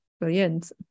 brilliant